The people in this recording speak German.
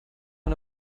von